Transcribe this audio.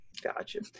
gotcha